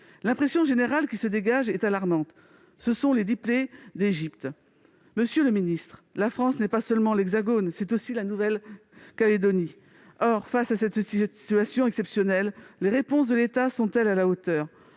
L'impression générale qui se dégage est alarmante. Ce sont les dix plaies d'Égypte ! Monsieur le ministre, la France n'est pas seulement l'Hexagone ; c'est aussi la Nouvelle-Calédonie. Face à cette situation exceptionnelle, les réponses de l'État sont-elles à la hauteur ?